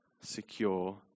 secure